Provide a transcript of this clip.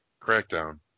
Crackdown